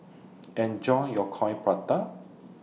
Enjoy your Coin Prata